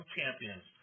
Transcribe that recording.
Champions